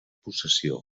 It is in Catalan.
possessió